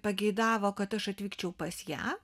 pageidavo kad aš atvykčiau pas ją